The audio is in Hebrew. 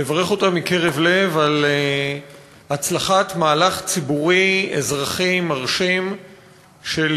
לברך אותם מקרב לב על הצלחת מהלך ציבורי אזרחי מרשים של